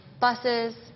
buses